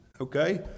Okay